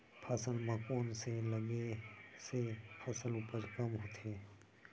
फसल म कोन से लगे से फसल उपज कम होथे?